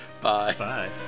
Bye